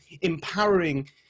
empowering